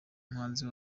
umuhanzi